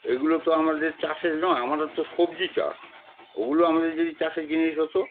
এগুলো তো আমাদের চাষের নয় আমাদের তো সবজি চাষ ওগুলো আমাদের যদি চাষের জিনিস হতো